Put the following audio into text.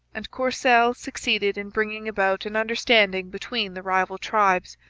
and courcelle succeeded in bringing about an understanding between the rival tribes.